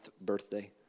birthday